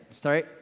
sorry